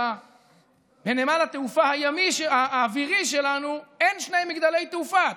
נמל התעופה האווירי שלנו, אין שני מגדלי תעופה.